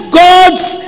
god's